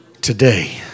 Today